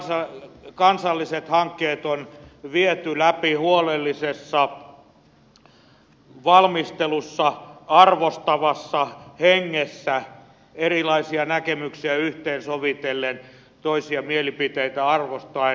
suuret kansalliset hankkeet on viety läpi huolellisessa valmistelussa arvostavassa hengessä erilaisia näkemyksiä yhteen sovitellen toisia mielipiteitä arvostaen